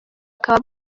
bakaba